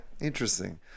interesting